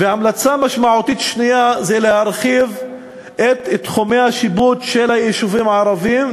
המלצה משמעותית שנייה היא להרחיב את תחומי השיפוט של היישובים הערביים,